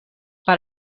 per